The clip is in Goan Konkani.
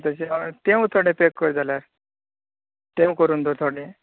जशे आमी तें खंय चड पॅक जाल्यार तें करून दवर थोडे